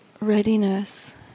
readiness